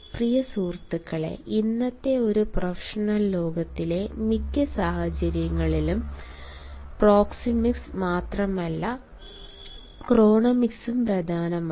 പ്രിയ സുഹൃത്തുക്കളെ ഇന്നത്തെ ഒരു പ്രൊഫഷണൽ ലോകത്തിലെ മിക്ക സാഹചര്യങ്ങളിലും പ്രോക്സെമിക്സ് മാത്രമല്ല ക്രോണമിക്സും പ്രധാനമാണ്